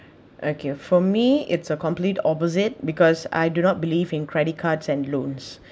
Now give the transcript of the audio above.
okay for me it's a complete opposite because I do not believe in credit cards and loans